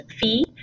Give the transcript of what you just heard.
fee